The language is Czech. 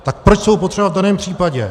Tak proč jsou potřeba v daném případě?